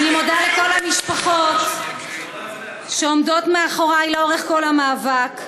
אני מודה לכל המשפחות שעומדות מאחורי לאורך כל המאבק.